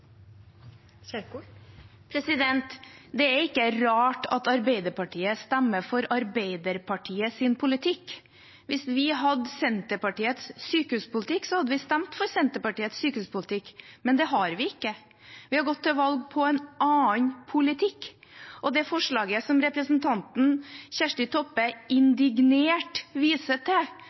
ikke rart at Arbeiderpartiet stemmer for Arbeiderpartiets politikk. Hvis vi hadde Senterpartiets sykehuspolitikk, hadde vi stemt for Senterpartiets sykehuspolitikk – men det har vi ikke. Vi har gått til valg på en annen politikk, og det forslaget som representanten Kjersti Toppe indignert viser til,